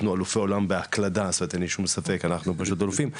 כל אלה משפיעים על הנוער ואנחנו צריכים במקביל